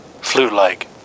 Flute-like